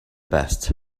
best